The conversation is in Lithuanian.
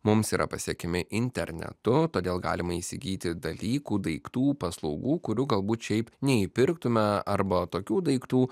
mums yra pasiekiami internetu todėl galima įsigyti dalykų daiktų paslaugų kurių galbūt šiaip neįpirktume arba tokių daiktų